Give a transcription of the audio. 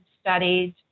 studied